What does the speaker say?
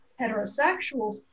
heterosexuals